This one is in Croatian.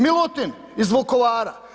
Milutin iz Vukovara.